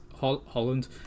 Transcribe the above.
Holland